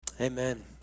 amen